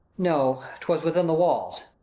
no twas within the walls.